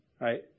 right